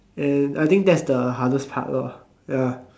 and I think that's the hardest part lor ya